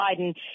Biden